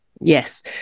Yes